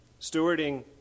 stewarding